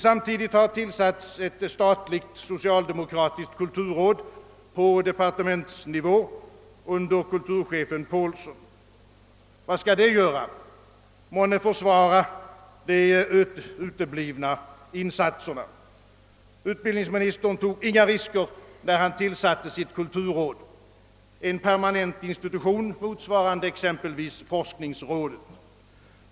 Samtidigt har tillsatts ett statligt socialdemokratiskt kulturråd på departementsnivå under kulturchefen Pålsson. Vad skall detta råd göra? Månne försvara de uteblivna insatserna? Utbildningsministern tog inga risker, när han tillsatte sitt kulturråd, en permanent institution motsvarande exempelvis forskningsrådet.